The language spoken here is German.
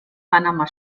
panama